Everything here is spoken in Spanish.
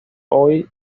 hoy